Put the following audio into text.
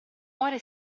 muore